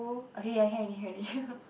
okay ya can already can already